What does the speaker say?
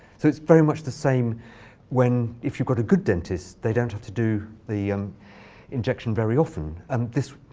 so it's very much the same when if you've got a good dentist, they don't have to do the injection very often. um this